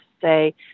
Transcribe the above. say